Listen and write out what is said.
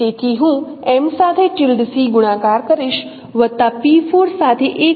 તેથી હું M સાથે ગુણાકાર કરીશ વત્તા સાથે 1 ગુણાકાર કરીશ